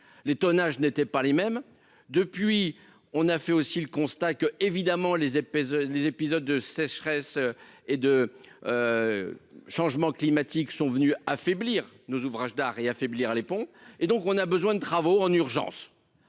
les tonnages n'étaient pas les mêmes depuis on a fait aussi le constat que évidemment les épaisses, les épisodes de sécheresse et de changement climatique sont venus affaiblir nos ouvrages d'art et affaiblir les ponts et donc on a besoin de travaux en urgence